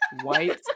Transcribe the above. white